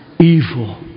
evil